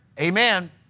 Amen